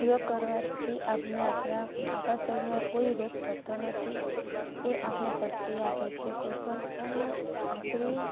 યોગ કરવાથી આપણે આપણાં આપણાં શરીરમાં કોઈ રોગ થતો નથી એ આપણને શક્તિ આપે છે કોઈપણ અને આપણી